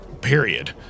Period